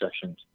sessions